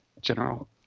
General